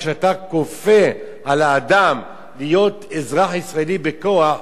כשאתה כופה על האדם להיות אזרח ישראלי בכוח,